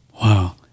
Wow